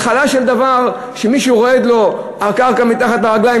זו התחלה של דבר כשמישהו רועדת לו הקרקע מתחת לרגליים.